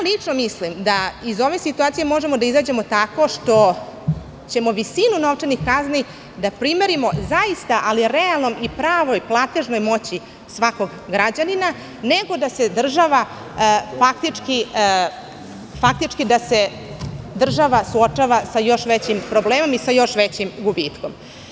Lično mislim da iz ove situacije možemo da izađemo tako što ćemo visinu novčanih kazni primeriti zaista realnoj i pravoj platežnoj moći svakog građanina, nego da se država faktički suočava sa još većim problemom i sa još većim gubitkom.